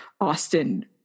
Austin